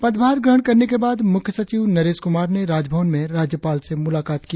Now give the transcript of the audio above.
पदभार ग्रहण करने के बाद मुख्यसचिव नरेश कुमार ने राजभवन में राज्यपाल से मुलाकात की